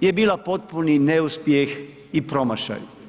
je bila potpuni neuspjeh i promašaj.